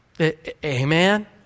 Amen